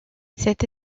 cette